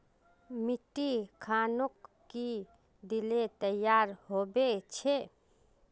मिट्टी खानोक की दिले तैयार होबे छै?